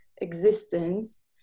existence